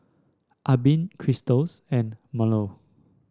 Albin Krystals and